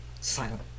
silent